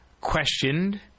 questioned